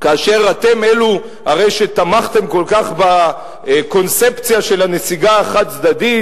כאשר אתם הרי אלו שתמכתם כל כך בקונספציה של הנסיגה החד-צדדית,